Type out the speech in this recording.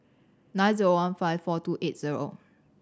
nine zero one five four two eight zero